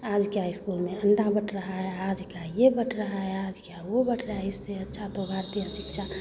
आज क्या इस्कूल में अंडा बँट रहा है आज क्या ये बँट रहा है आज क्या वो बँट रहा है इससे अच्छा तो भारतीय शिक्षा